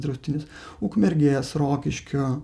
draustinis ukmergės rokiškio